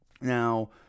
Now